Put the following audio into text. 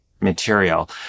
material